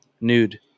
nude